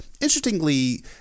Interestingly